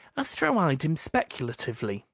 astro eyed him speculatively.